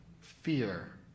Fear